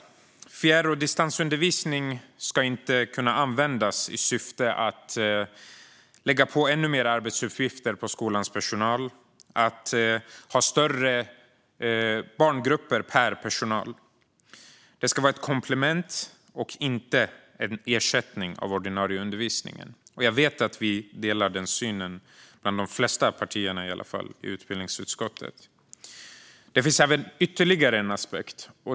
Fjärr och distansundervisning ska inte kunna användas i syfte att lägga ännu mer arbetsuppgifter på skolans personal eller att ha större barngrupper per personal. Det ska vara ett komplement till och inte en ersättning för ordinarie undervisning. Jag vet att vi i utbildningsutskottet delar den synen, i varje fall bland de flesta partierna. Det finns även ytterligare en aspekt.